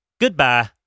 Goodbye